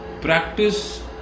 practice